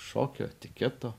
šokio etiketo